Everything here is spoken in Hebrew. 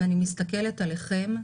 ואני מסתכלת עליהם,